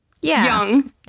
young